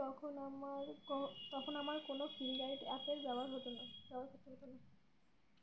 তখন আমার তখন আমার কোনো ফিনডারট অ্যাপের ব্যবহার হতো না ব্যবহার করতে হতো না